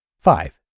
Five